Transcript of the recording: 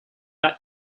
that